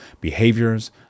behaviors